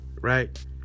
Right